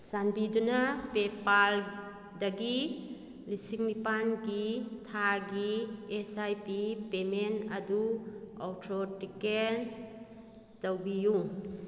ꯆꯥꯟꯕꯤꯗꯨꯅ ꯄꯦꯄꯥꯜꯗꯒꯤ ꯂꯤꯁꯤꯡ ꯅꯤꯄꯥꯜꯒꯤ ꯊꯥꯒꯤ ꯑꯦꯁ ꯑꯥꯏ ꯄꯤ ꯄꯦꯃꯦꯟ ꯑꯗꯨ ꯑꯧꯊ꯭ꯔꯣꯇꯤꯀꯦꯟ ꯇꯧꯕꯤꯌꯨ